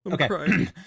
Okay